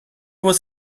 was